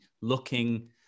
looking